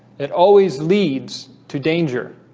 it always leads to danger